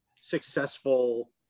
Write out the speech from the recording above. successful